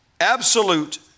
absolute